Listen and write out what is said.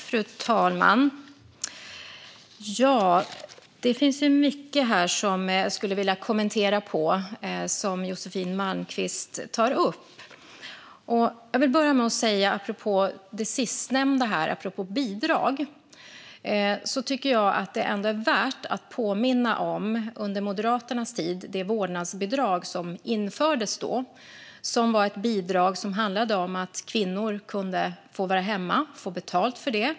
Fru talman! Det finns mycket jag skulle vilja kommentera av det som Josefin Malmqvist tar upp. Apropå det sistnämnda, om bidrag, vill jag börja med att jag tycker att det är värt att påminna om det vårdnadsbidrag som infördes under Moderaternas tid. Det var ett bidrag som handlade om att kvinnor kunde vara hemma och få betalt för det.